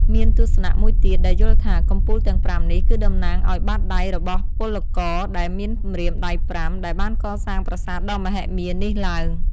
មានទស្សនៈមួយទៀត ដែលយល់ថា កំពូលទាំងប្រាំនេះ គឺតំណាងឱ្យបាតដៃរបស់ពលករដែលមានម្រាមដៃប្រាំ ដែលបានកសាងប្រាសាទដ៏មហិមានេះឡើង។